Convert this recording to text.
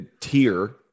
tier